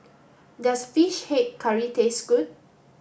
does fish head curry taste good